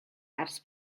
ers